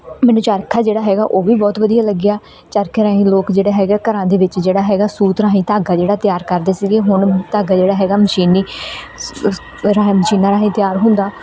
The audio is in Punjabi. ਮੈਨੂੰ ਚਰਖਾ ਜਿਹੜਾ ਹੈਗਾ ਉਹ ਵੀ ਬਹੁਤ ਵਧੀਆ ਲੱਗਿਆ ਚਰਖੇ ਰਾਹੀਂ ਲੋਕ ਜਿਹੜੇ ਹੈਗੇ ਘਰਾਂ ਦੇ ਵਿੱਚ ਜਿਹੜਾ ਹੈਗਾ ਸੂਤ ਰਾਹੀਂ ਧਾਗਾ ਜਿਹੜਾ ਤਿਆਰ ਕਰਦੇ ਸੀਗੇ ਹੁਣ ਧਾਗਾ ਜਿਹੜਾ ਹੈਗਾ ਮਸ਼ੀਨੀ ਰਾਹੀਂ ਮਸ਼ੀਨਾਂ ਰਾਹੀਂ ਤਿਆਰ ਹੁੰਦਾ